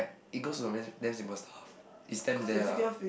it goes from very damn simple stuff it stems there lah